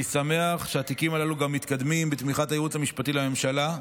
אני שמח שהתיקים הללו גם מתקדמים בתמיכת הייעוץ המשפטי לממשלה,